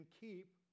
keep